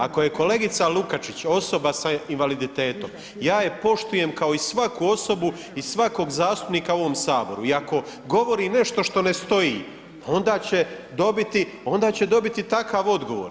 Ako je kolegica Lukačić osoba sa invaliditetom, ja je poštujem kao i svaku osobu i svakog zastupnika u ovom Saboru i ako govori nešto što ne stoji, pa onda će dobiti takav odgovor.